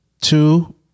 Two